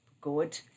good